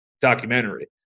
documentary